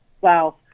Wow